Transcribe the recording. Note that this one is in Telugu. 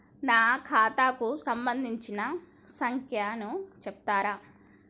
నా ఖాతా కు సంబంధించిన సంఖ్య ను చెప్తరా?